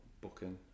Booking